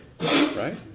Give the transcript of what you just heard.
Right